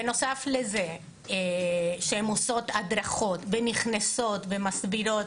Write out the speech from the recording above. בנוסף לזה שהן עושות הדרכות ונכנסות ומסבירות,